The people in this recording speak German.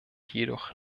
jedoch